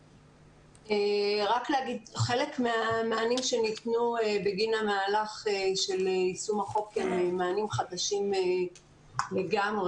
חלק מהמענים שניתנו בגין המהלך של יישום החוק הם מענים חדשים לגמרי.